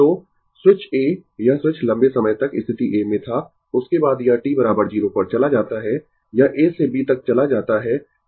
तो switch A यह switch लंबे समय तक स्थिति A में था उसके बाद यह t 0 पर चला जाता है यह A से B तक चला जाता है